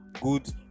good